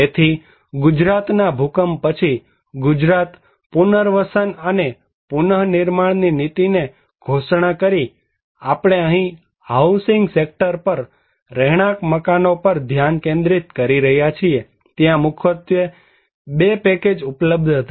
તેથી ગુજરાતના ભૂકંપ પછી ગુજરાત પુનર્વસન અને પુનઃ નિર્માણની નીતિને ઘોષણા કરીઆપણે અહીં હાઉસિંગ સેક્ટર પર રહેણાંક મકાનો પર ધ્યાન કેન્દ્રિત કરી રહ્યા છીએ ત્યારે મુખ્યત્વે 2 પેકેજ ઉપલબ્ધ હતા